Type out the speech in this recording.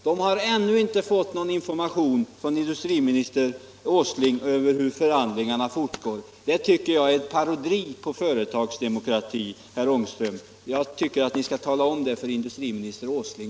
De har ännu inte av industriminister Åsling fått någon som helst information om hur förhandlingarna fortgår. Det tycker jag är parodi på företagsdemokrati, herr Ångström — och det tycker jag också att ni skall tala om för industriminister Åsling.